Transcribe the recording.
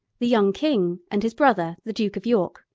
the young king and his brother, the duke of york,